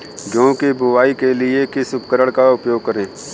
गेहूँ की बुवाई के लिए किस उपकरण का उपयोग करें?